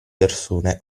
persone